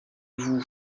vous